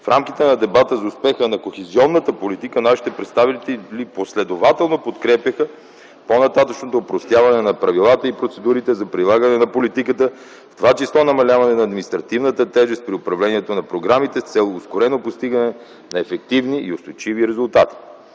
В рамките на дебата за успеха на кохезионната политика нашите представители последователно подкрепяха по-нататъшното опростяване на правилата и процедурите за прилагане на политиката, в т.ч. за намаляване на административната тежест при управлението на програмите с цел ускорено постигане на ефективни и устойчиви резултати.